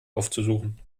aufzusuchen